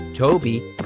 Toby